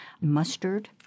mustard